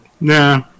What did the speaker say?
Nah